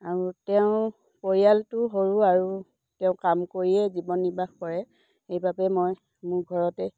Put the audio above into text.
আৰু তেওঁ পৰিয়ালটো সৰু আৰু তেওঁ কাম কৰিয়ে জীৱন নিৰ্বাহ কৰে সেইবাবে মই মোৰ ঘৰতে